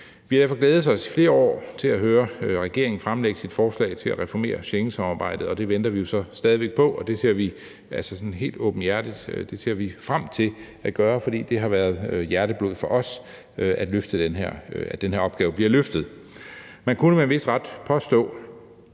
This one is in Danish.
Vi har derfor i flere år glædet os til at høre regeringen fremlægge sit forslag til at reformere Schengensamarbejdet, og det venter vi stadig væk på. Det ser vi helt oprigtigt frem til at arbejde med, for det har været hjerteblod for os, at den her opgave bliver løftet. Man kunne med en vis ret påstå,